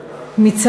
מפלגת קול אחד.